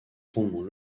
fondements